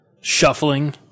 shuffling